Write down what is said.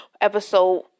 episode